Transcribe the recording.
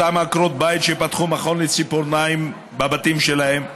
על אותן עקרות בית שפתחו מכון לציפורניים בבתים שלהן,